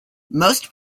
most